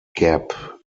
gap